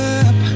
up